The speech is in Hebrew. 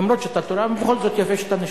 אף-על-פי שאתה תורן, ובכל זאת יפה שאתה נשאר.